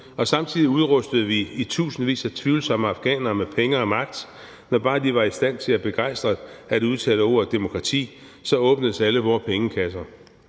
Samtidig udrustede vi i tusindvis af tvivlsomme afghanere med penge og magt, og når bare de var i stand til begejstret at udtale ordet demokrati, åbnedes alle vores pengekasser.